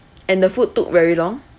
and the food took very long